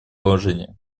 положение